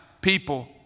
people